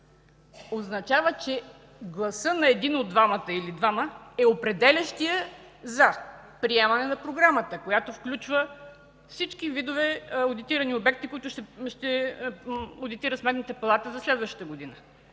означава, че гласът на един от двамата или и на двамата е определящият за приемане на програмата, която включва всички видове одитирани обекти, които Сметната палата ще одитира за следващата година.